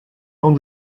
own